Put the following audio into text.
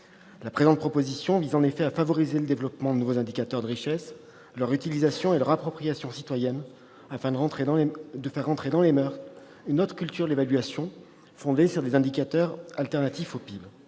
La présente proposition de loi vise en effet « à favoriser le développement de nouveaux indicateurs de richesse, leur utilisation et leur appropriation citoyenne afin de faire rentrer dans les moeurs une autre culture de l'évaluation fondée sur des indicateurs alternatifs au PIB